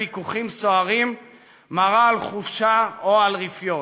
ויכוחים סוערים מראה חולשה או רפיון.